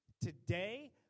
today